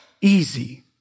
easy